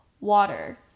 water